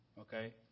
okay